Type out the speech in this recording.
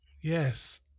Yes